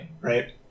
right